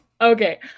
Okay